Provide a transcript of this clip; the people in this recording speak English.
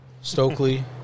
Stokely